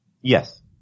Yes